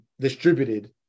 distributed